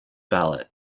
ballot